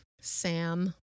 Sam